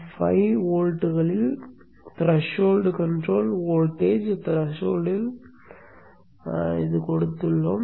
5 வோல்ட்டுகளில் threshold control voltage த்ஷோல்டில் கொடுக்கப்பட்டுள்ளோம்